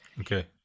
Okay